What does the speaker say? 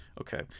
okay